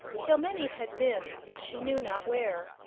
kilmeny had been she knew not where,